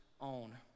own